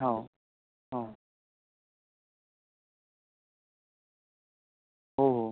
हो हो हो हो